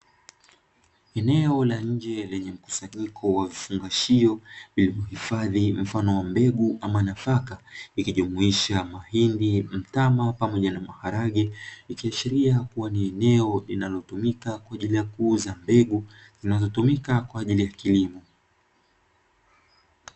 Eneo la nje lenye mkusanyiko wa vifungashio vilivyohifadhi, mifano ya mbegu ama nafaka. Ikijumuisha mahindi, mtama pamoja na maharage, ikiashiria kuwa ni eneo linalotumika kwa ajili ya kuuza mbegu zinazotumika kwa ajili ya kilimo.